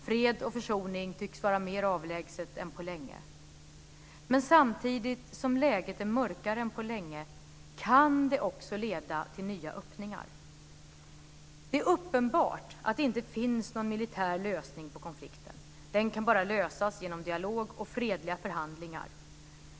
Fred och försoning tycks vara mer avlägset än på länge. Men samtidigt som läget är mörkare än på länge kan det leda till nya öppningar. Det är uppenbart att det inte finns någon militär lösning på konflikten. Den kan bara lösas genom dialog och fredliga förhandlingar.